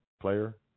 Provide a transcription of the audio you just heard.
Player